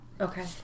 okay